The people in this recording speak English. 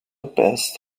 passed